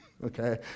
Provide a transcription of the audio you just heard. okay